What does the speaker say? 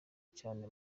cyane